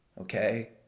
okay